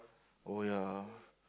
oh ya